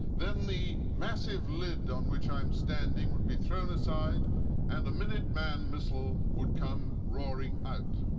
then the massive lid on which i'm standing would be thrown aside and the minuteman missile would come roaring out.